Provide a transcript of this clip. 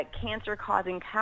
cancer-causing